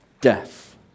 death